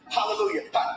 Hallelujah